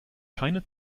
keine